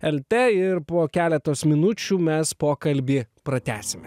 lt ir po keletos minučių mes pokalbį pratęsime